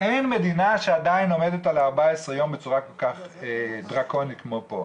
ואין מדינה שעדיין עומדת על 14 יום בצורה כל כך דרקונית כמו פה.